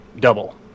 double